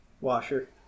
washer